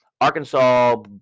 Arkansas